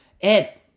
Ed